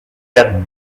perdre